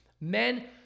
Men